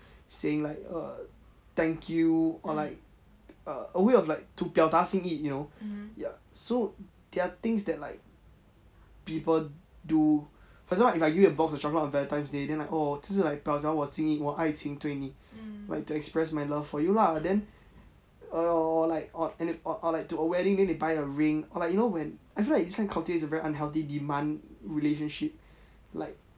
saying like err thank you or like err a way of like to 表达心意 you know ya so there are things like people do for example like if I give you a box of chocolate on valentines day then like oh 这是 like 表达我心意我爱情对你 like to express my love for you lah then err like or like or like to a wedding day they buy a ring or like you know when I feel like this kind of cultivate is a very unhealthy demand relationship like